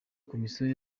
commission